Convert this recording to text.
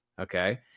Okay